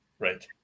right